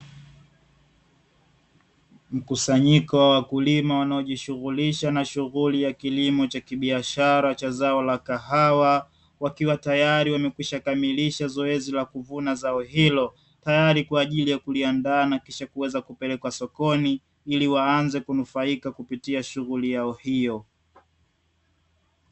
Mkusanyiko wa wakulima wanaojishughulisha na shughuli ya kilimo cha kibiashara cha zao la kahawa, wakiwa tayari wamekwisha kamilisha zoezi la kuvuna zao hilo tayari kwa ajili ya kuliandaa na kisha kuweza kupelekwa sokoni, ili waanze kunufaika kupitia shughuli yao hiyo.